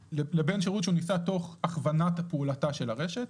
שנעשה תוך הכוונת פעולתה של הרשת.